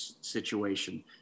situation